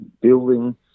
building